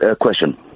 question